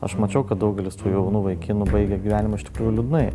aš mačiau kad daugelis tų jaunų vaikinų baigia gyvenimą iš tikrųjų liūdnai